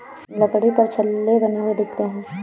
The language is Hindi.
लकड़ी पर छल्ले बने हुए दिखते हैं